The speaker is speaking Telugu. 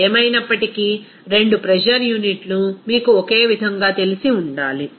కాబట్టి ఏమైనప్పటికీ రెండు ప్రెజర్ యూనిట్లు మీకు ఒకే విధంగా తెలిసి ఉండాలి